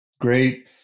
great